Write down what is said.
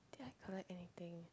did I collect anything